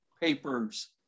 papers